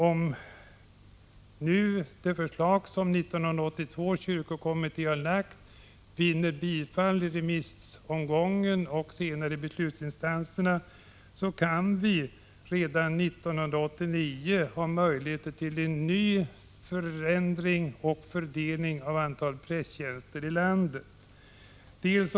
Om det förslag som 1982 års kyrkokommitté har lagt fram vinner bifall i remissomgången och senare i beslutsinstanserna, kan vi redan 1989 ha möjligheter att göra en ny fördelning av antalet prästtjänster i landet.